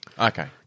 Okay